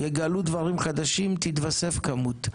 יגלו דברים חדשים, תתווסף כמות.